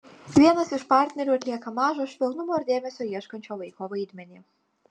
vienas iš partnerių atlieka mažo švelnumo ir dėmesio ieškančio vaiko vaidmenį